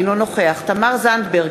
אינו נוכח תמר זנדברג,